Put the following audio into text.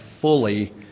fully